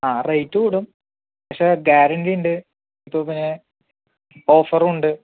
ആ റേറ്റ് കൂടും പക്ഷേ ഗ്യാരണ്ടിയുണ്ട് ഇപ്പോൾ പിന്നെ ഓഫറും ഉണ്ട്